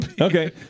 Okay